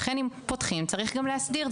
לכן אם פותחים צריך גם להסדיר.